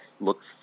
looks